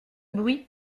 bruit